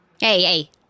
hey